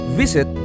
visit